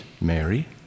Mary